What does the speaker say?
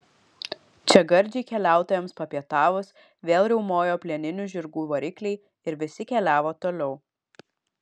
čia gardžiai keliautojams papietavus vėl riaumojo plieninių žirgų varikliai ir visi keliavo toliau